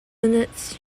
units